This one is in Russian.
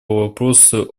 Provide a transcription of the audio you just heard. вопросу